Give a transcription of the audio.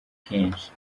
kenshi